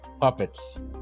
puppets